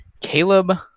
Caleb